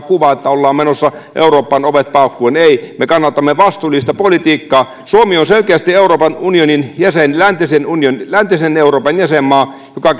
kuva että ollaan menossa eurooppaan ovet paukkuen ei me kannatamme vastuullista politiikkaa suomi on selkeästi euroopan unionin jäsen läntisen euroopan jäsenmaa joka